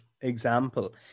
example